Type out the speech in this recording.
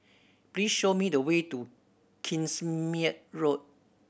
please show me the way to Kingsmead Road